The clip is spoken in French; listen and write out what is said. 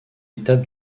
étape